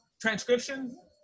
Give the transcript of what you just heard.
transcription